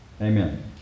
amen